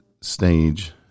stage